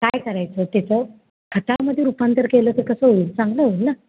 काय करायचं त्याचं खताामध्ये रूपांतर केलं तर कसं होईल चांगलं होईल ना